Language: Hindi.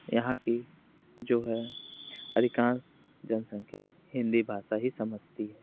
यहाँ कि जो है अधिकांश जनसंख्या हिंदी भाषा ही समझती है